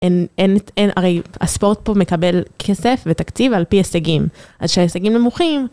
אין אין את אין, הרי הספורט פה מקבל כסף ותקציב על פי הישגים, אז כשהישגים נמוכים...